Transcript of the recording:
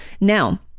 Now